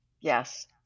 Yes